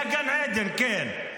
היה גן עדן, כן.